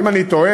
ואם אני טועה,